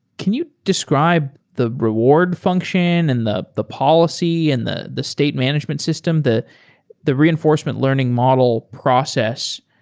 can you describe the reward function, and the the policy, and the the state management system? the the reinforcement learning model process,